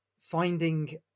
finding